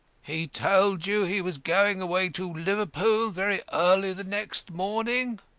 he told you he was going away to liverpool very early the next morning?